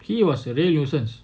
he was a real nuisance